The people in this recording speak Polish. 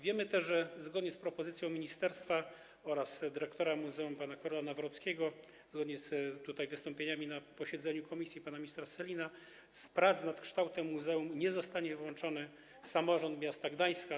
Wiemy też, zgodnie z propozycją ministerstwa oraz dyrektora muzeum pana Karola Nawrockiego oraz zgodnie z wystąpieniami na posiedzeniu komisji pana ministra Sellina, że z prac nad kształtem muzeum nie zostanie wyłączony samorząd miasta Gdańska.